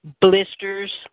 blisters